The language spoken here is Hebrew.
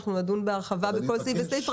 אנחנו נדון בהרחבה בכל סעיף וסעיף.